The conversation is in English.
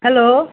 hello